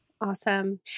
Awesome